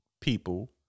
people